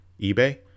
eBay